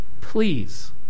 Please